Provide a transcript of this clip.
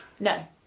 No